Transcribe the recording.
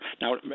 Now